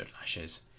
lashes